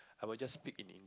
I will just speak in Eng~